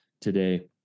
today